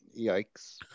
yikes